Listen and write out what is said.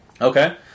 Okay